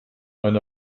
mein